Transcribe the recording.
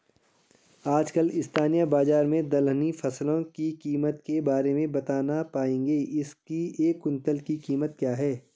आजकल स्थानीय बाज़ार में दलहनी फसलों की कीमत के बारे में बताना पाएंगे इसकी एक कुन्तल की कीमत क्या है?